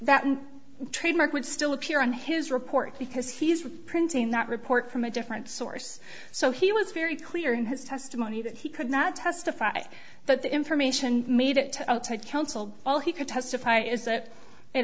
that trademark would still appear in his report because he's reprinting that report from a different source so he was very clear in his testimony that he could not testify but the information made it to outside counsel all he could testify is that it